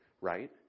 right